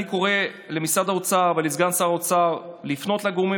אני קורא למשרד האוצר ולסגן שר האוצר לפנות לגורמים